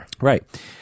Right